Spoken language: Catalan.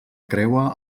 creua